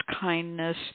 kindness